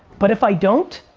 but if i don't,